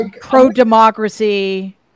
pro-democracy